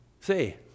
say